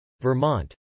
Vermont